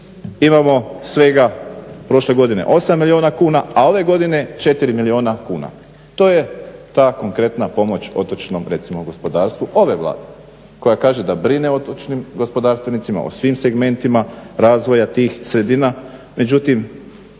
imamo svega prošle godine 8 milijuna kuna, a ove godine 4 milijuna kuna. To je ta konkretna pomoć otočnom recimo gospodarstvu ove Vlade koja kaže da brine o otočnim gospodarstvenicima, o svim segmentima razvoja tih sredina. Međutim,